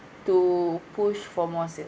to push for more sale